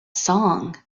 song